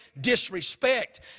disrespect